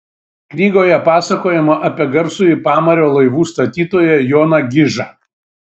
knygoje pasakojama apie garsųjį pamario laivų statytoją joną gižą